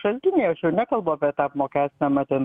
šaltiniai aš jau nekalbu apie tą apmokestinimą ten